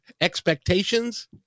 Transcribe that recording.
expectations